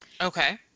Okay